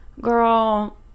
girl